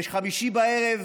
בחמישי בערב